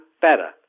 better